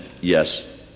yes